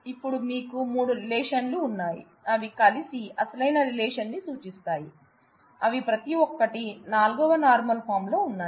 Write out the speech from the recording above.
ఇప్పుడు మీకు మూడు రిలేషన్లు ఉన్నాయి అవి కలిసి అసలైన రిలేషన్ ని సూచిస్తాయి అవి ప్రతి ఒక్కటి 4వ నార్మల్ ఫార్మ్ లో ఉన్నాయి